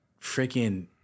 freaking